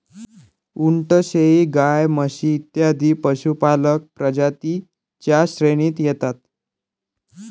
उंट, शेळी, गाय, म्हशी इत्यादी पशुपालक प्रजातीं च्या श्रेणीत येतात